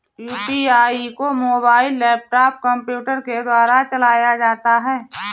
UPI को mobile laptop computer के द्वारा चलाया जाता है